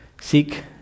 seek